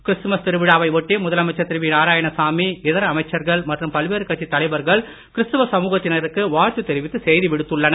Christmas திருவிழாவை ஒட்டி முதலமைச்சர் திரு நாராயணசாமி இதர அமைச்சர்கள் மற்றும் பல்வேறு கட்சித் தலைவர்கள் கிறிஸ்துவ சமூகத்தினருக்கு வாழ்த்து தெரிவித்து செய்தி விடுத்துள்ளனர்